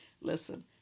Listen